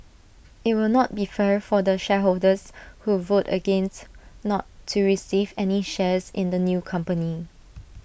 IT will not be fair for the shareholders who vote against not to receive any shares in the new company